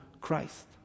Christ